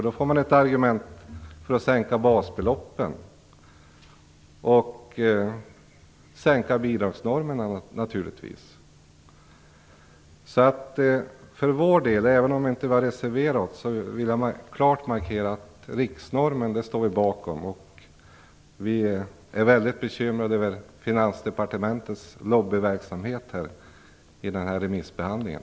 Den är ett argument för att sänka basbeloppen och naturligtvis också bidragsnormerna. Även om vi inte har reserverat oss vill jag klart markera att vi står bakom förslaget om riksnorm. Vi är väldigt bekymrade över Finansdepartementets lobbyverksamhet i remissbehandlingen.